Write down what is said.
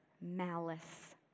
malice